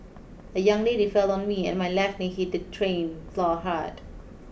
a young lady fell on me and my left knee hit the train floor hard